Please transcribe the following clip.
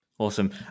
Awesome